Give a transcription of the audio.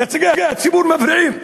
נציגי הציבור מפריעים.